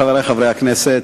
חברי חברי הכנסת,